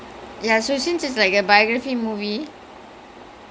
maybe the director had a lot of trouble though we never know